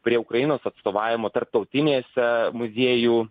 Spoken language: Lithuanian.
prie ukrainos atstovavimo tarptautinėse muziejų